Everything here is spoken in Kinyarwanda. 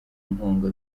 inkunga